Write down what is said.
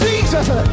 Jesus